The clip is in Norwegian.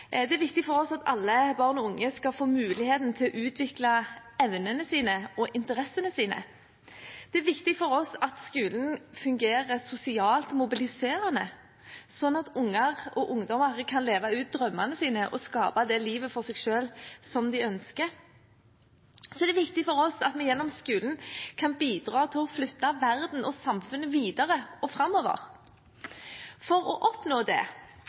Det er viktig for oss at alle barn og unge skal få muligheten til å utvikle evnene og interessene sine. Det er viktig for oss at skolen fungerer sosialt mobiliserende, sånn at unger og ungdommer kan leve ut drømmene sine og skape det livet for seg selv som de ønsker. Så er det viktig for oss at vi gjennom skolen kan bidra til å flytte verden og samfunnet videre og framover. For å oppnå det